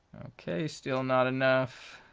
okay still not enough